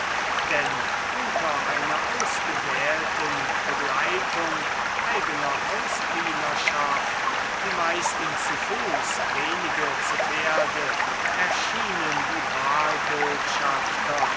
denn unter einer ausgewählten begleitung eigener hausdienerschaft die meisten zu fuß wenige zu pferde erschienen die wahlbotschafter